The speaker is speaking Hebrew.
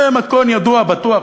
זה מתכון ידוע, בטוח.